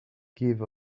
give